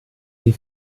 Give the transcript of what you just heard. sie